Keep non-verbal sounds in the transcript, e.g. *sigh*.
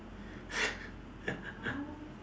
*laughs*